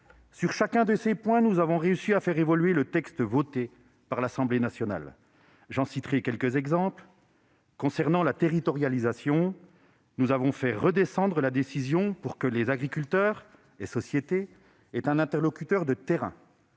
Sur chacun de ces points, nous avons réussi à faire évoluer le texte voté par l'Assemblée nationale. J'en citerai quelques exemples. Concernant la territorialisation, nous avons fait « redescendre » la décision, pour que les agriculteurs et les sociétés aient un interlocuteur de terrain